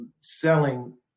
selling